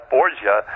Borgia